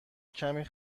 کمی